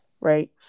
right